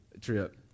trip